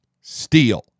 steel